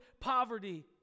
poverty